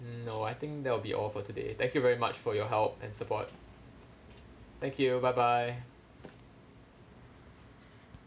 no I think that will be all for today thank you very much for your help and support thank you bye bye